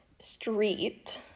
street